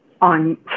on